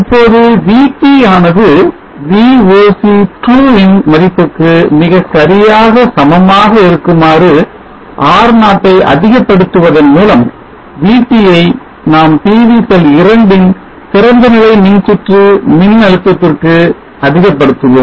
இப்போது VT ஆனது VOC2 ன் மதிப்புக்கு மிகச்சரியாக சமமாக இருக்குமாறு R0 ஐ அதிகப்படுத்துவதன் மூலம் VT ஐ நாம் PV செல் 2 ன் திறந்தநிலை மின்சுற்று மனஅழுத்தத்திற்கு அதிகப்படுத்துவோம்